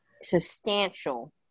substantial